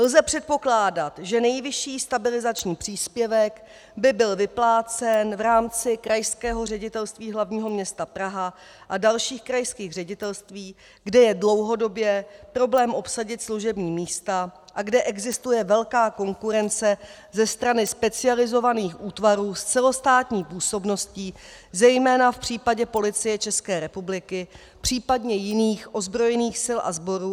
Lze předpokládat, že nejvyšší stabilizační příspěvek by byl vyplácen v rámci Krajského ředitelství hlavního města Praha a dalších krajských ředitelství, kde je dlouhodobě problém obsadit služební místa a kde existuje velká konkurence ze strany specializovaných útvarů s celostátní působností, zejména v případě Policie České republiky, případně jiných ozbrojených sil a sborů a dalších zaměstnavatelů.